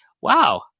wow